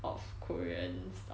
of korean's stuff